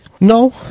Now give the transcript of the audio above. no